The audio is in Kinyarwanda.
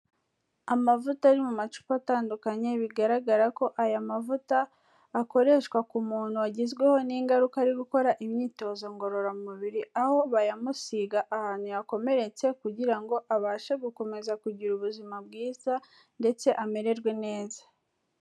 Amavuta ari mu macupa atandukanye bigaragara ko aya mavuta akoreshwa ku muntu wagizweho n'ingaruka ari gukora imyitozo ngororamubiri, aho bayamusiga ahantu yakomeretse kugira ngo abashe gukomeza kugira ubuzima bwiza ndetse amererwe neza.